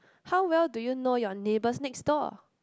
how well do you know your neighbours next door